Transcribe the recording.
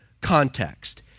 context